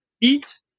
eat